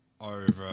over